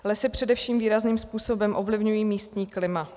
Lesy především výrazným způsobem ovlivňují místní klima.